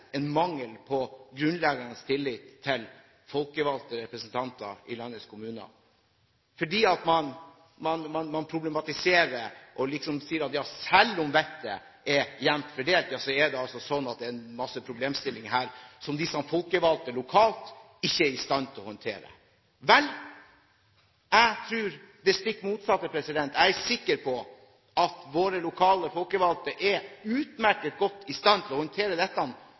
en mangel på grunnleggende tillit til folkevalgte representanter i landets kommuner, fordi man problematiserer og sier at selv om vettet er jevnt fordelt, er det altså sånn at det er masse problemstillinger her som disse folkevalgte lokalt ikke er i stand til å håndtere. Vel, jeg tror det stikk motsatte. Jeg er sikker på at våre lokalt folkevalgte er utmerket godt i stand til å håndtere dette,